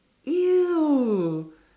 !eww!